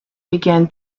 began